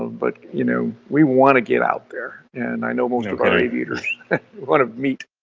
but, you know we want to get out there and i know most of our aviators want to meet.